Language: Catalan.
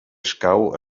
escau